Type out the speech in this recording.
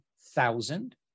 thousand